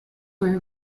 were